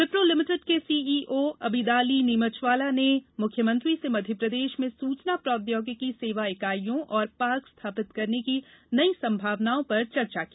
Wipro limited के CEO Abidali Neemuchwala ने मुख्यमंत्री से मध्यप्रदेश में सूचना प्रौद्योगिकी सेवा इकाइयों और पार्क स्थापित करने की नई संभावनाओं पर चर्चा की